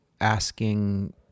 asking